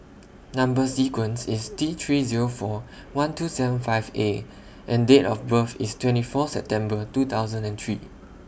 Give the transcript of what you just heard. Number sequence IS T three Zero four one two seven five A and Date of birth IS twenty Fourth September two thousand and three